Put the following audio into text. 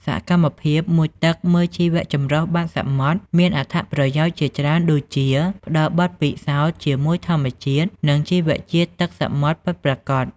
សកម្មភាពមុជទឹកមើលជីវៈចម្រុះបាតសមុទ្រមានអត្ថប្រយោជន៍ជាច្រើនដូចជាផ្តល់បទពិសោធន៍ជាមួយធម្មជាតិ និងជីវៈជាតិទឹកសមុទ្រពិតប្រាកដ។